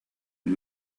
and